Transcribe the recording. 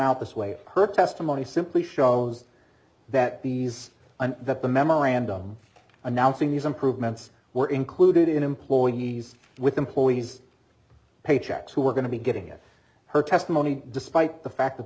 out this way her testimony simply shows that these and that the memorandum announcing these improvements were included in employees with employees paychecks who were going to be getting at her testimony despite the fact that